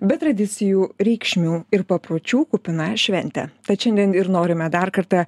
bet tradicijų reikšmių ir papročių kupina šventę tad šiandien ir norime dar kartą